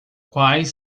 quais